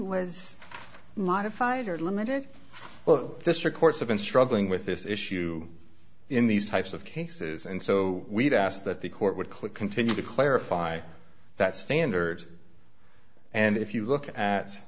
was modified or limited well district courts have been struggling with this issue in these types of cases and so we've asked that the court would click continue to clarify that standard and if you look at